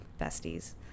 besties